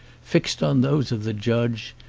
fixed on those of the judge,